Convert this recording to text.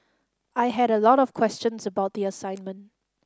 I had a lot of questions about the assignment